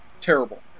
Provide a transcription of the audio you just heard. Terrible